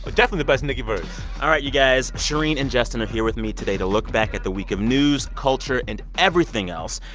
but definitely the best nicki verse all right, you guys. shereen and justin are here with me today to look back at the week of news, culture and everything else.